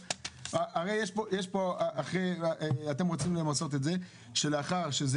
הרי אתם רוצים למסות את זה שלאחר שזה